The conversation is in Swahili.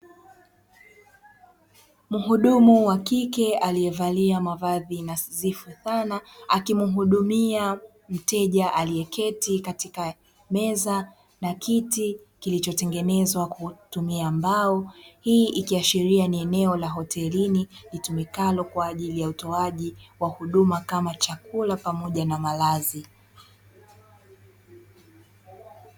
Muhudumu wa kike alievalia mavazi nadhifu sana akimuhudumia mteja alieketi katika meza na kiti kilichotengenezwa kwa kutumia mbao, hii ikiashiria ni eneo la hotelini litumikalo kwa ajili ya utoaji wa huduma kama chakula pamoja na malazi.